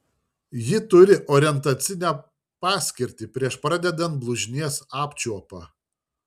ji turi orientacinę paskirtį prieš pradedant blužnies apčiuopą